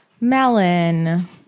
Melon